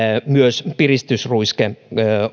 myös piristysruiske